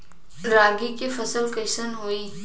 रागी के फसल कईसे होई?